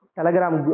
telegram